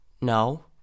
No